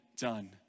done